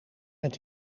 met